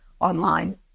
online